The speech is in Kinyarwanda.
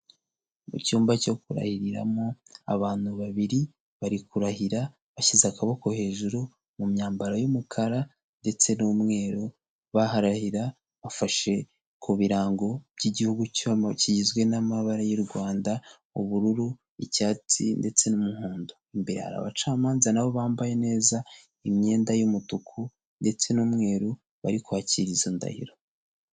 Mu cyumba cyo kuraririramo abantu babiri bari kurahira bashyize akaboko hejuru mu myambaro y'umukara ndetse n'umweru baharahirira bafashe ku birango by'igihugu cya kigizwe n'amabara y'u Rwanda; ubururu, icyatsi ndetse n'umuhondo, imbere hari abacamanza nabo bambaye neza imyenda y'umutuku ndetse n'umweru bari kwakira izo ndahiro.